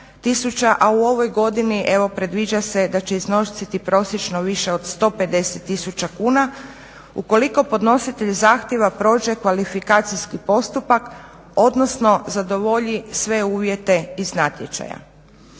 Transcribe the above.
a u ovoj godini evo predviđa se da će iznositi prosječno više od 150000 kuna ukoliko podnositelj zahtjeva prođe kvalifikacijskih postupak, odnosno zadovolji sve uvjete iz natječaja.